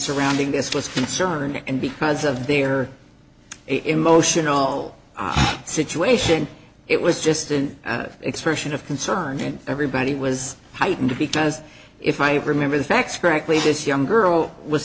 surrounding this was concern and because of their emotional situation it was just an out of expression of concern and everybody was heightened because if i remember the facts correctly this young girl was